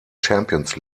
champions